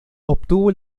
obtuvo